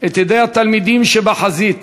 את ידי התלמידים שבחזית.